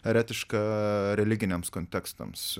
eretiška religiniams kontekstams